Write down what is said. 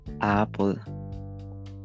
apple